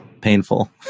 painful